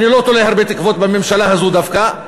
אני לא תולה הרבה תקוות בממשלה הזאת דווקא,